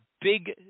big